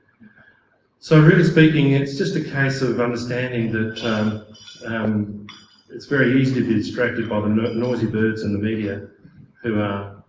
so really speaking it's just a case of understanding the term it's very easy to be distracted by the noisy birds and the media who are